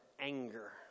anger